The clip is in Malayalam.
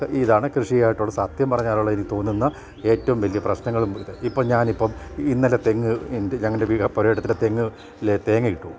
ഇതാണ് കൃഷിയായിട്ടുള്ള സത്യം പറഞ്ഞാലുള്ള എനിക്ക് തോന്നുന്നത് ഏറ്റവും വലിയ പ്രശ്നങ്ങളും ഇപ്പം ഞാൻ ഇപ്പം ഇന്നലെ തെങ്ങ് ഞങ്ങളുടെ പുരയിടത്തിൻ തെങ്ങ് തേങ്ങ കിട്ടുകയുള്ളൂ